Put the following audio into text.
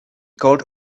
called